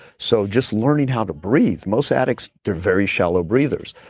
so just learning how to breathe, most addicts they're very shallow breathers.